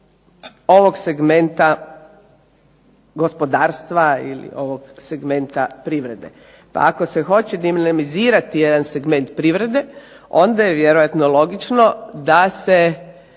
ovog segmenta gospodarstva ili ovog segmente privrede. Pa ako se hoće dinamizirati jedan segment privrede onda je vjerojatno logično da se